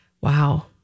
Wow